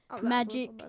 magic